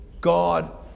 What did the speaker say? God